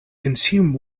consume